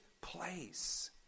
place